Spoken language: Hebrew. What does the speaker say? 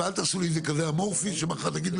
ואל תעשו לי את זה כזה אמורפי שמחר תגידו